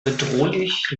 bedrohlich